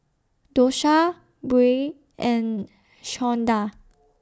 Dosha Beau and Shawnda